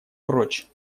прочь